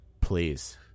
Please